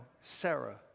Sarah